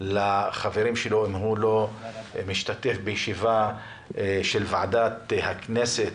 לחברים שלו אם הוא לא משתתף בישיבה של ועדת הכנסת,